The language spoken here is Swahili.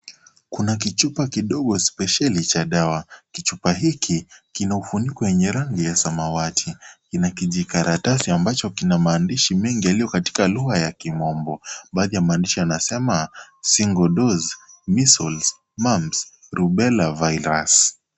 Kuna kichupa kidogo spesheli cha dawa , kichupa hiki kina ufuniko wenye rangi ya samawati. Kina kijikaratasi ambacho kina maandishi mengi yaliyo katika lugha ya kimombo. Baadhi ya maandishi yanasema single dose measles , mumps rubela virus .